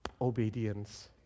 obedience